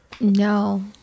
No